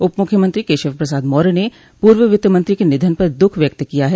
उप मुख्यमंत्री केशव प्रसाद मौर्य ने पूर्व वित्त मंत्री के निधन पर द्ःख व्यक्त किया है